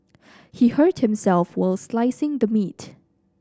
he hurt himself while slicing the meat